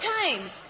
times